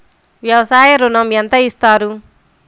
వ్యవసాయ ఋణం ఎంత ఇస్తారు?